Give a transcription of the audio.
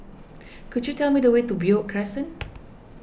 could you tell me the way to Beo Crescent